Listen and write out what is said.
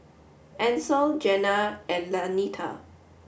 Ancel Gena and Lanita